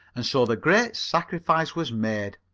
and so the great sacrifice was made.